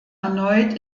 erneut